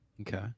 Okay